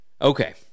Okay